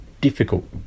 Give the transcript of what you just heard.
difficult